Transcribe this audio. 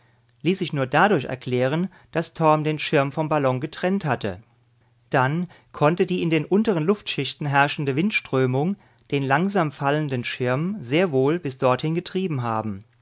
ließ sich nur dadurch erklären daß torm den schirm vom ballon getrennt hatte dann konnte die in den unteren luftschichten herrschende windströmung den langsam fallenden schirm sehr wohl bis dorthin getrieben haben